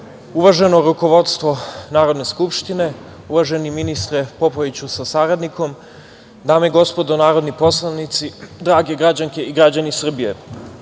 uvaženo rukovodstvo Narodne skupštine, uvaženi ministre Popoviću sa saradnikom, dame i gospodo narodni poslanici, dragi građani i građanke Srbije,